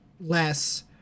less